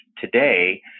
today